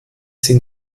sie